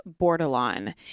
Bordelon